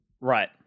Right